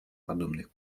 подобных